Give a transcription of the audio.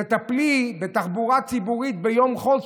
תטפלי בתחבורה הציבורית ביום חול,